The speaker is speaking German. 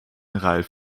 ralph